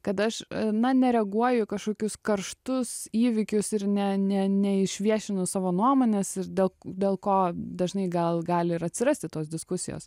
kad aš na nereaguoju į kažkokius karštus įvykius ir ne ne neišviešinu savo nuomonės ir dėl dėl ko dažnai gal gali ir atsirasti tos diskusijos